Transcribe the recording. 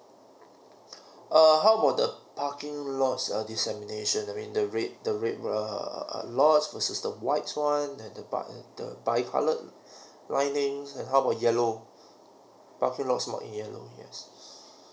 err how about the parking lots err designation I mean the red the red err lots there's system white ones and the park and the by coloured lining and how about yellow parking lots mark in yellow yes